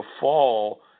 fall